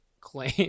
claim